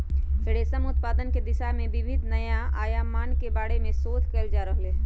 रेशम उत्पादन के दिशा में विविध नया आयामन के बारे में शोध कइल जा रहले है